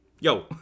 yo